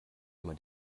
immer